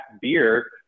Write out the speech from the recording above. beer